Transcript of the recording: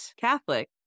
Catholic